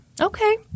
Okay